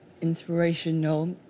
inspirational